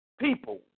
people